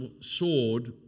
sword